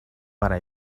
para